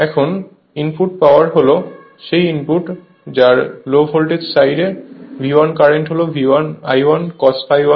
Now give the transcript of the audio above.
এখন input power হল সেই ইনপুট যার low voltage side V 1 current হল I1 cos ∅1